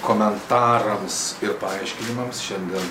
komentarams ir paaiškinimams šiandien